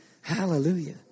Hallelujah